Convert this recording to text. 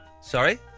Sorry